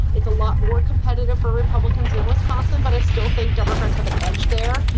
it's a lot more competitive for republicans in wisconsin, but i still think democrats have an edge there.